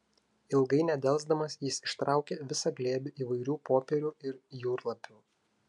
ilgai nedelsdamas jis ištraukė visą glėbį įvairių popierių ir jūrlapių